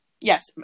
Yes